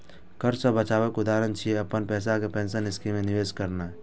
कर सं बचावक उदाहरण छियै, अपन पैसा कें पेंशन स्कीम मे निवेश करनाय